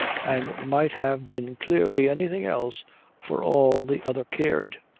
and might have been clearly anything else for all the other cared.